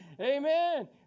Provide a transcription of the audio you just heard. Amen